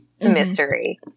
mystery